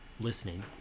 listening